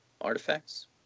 artifacts